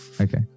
okay